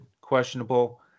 questionable